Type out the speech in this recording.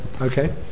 Okay